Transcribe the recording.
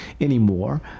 anymore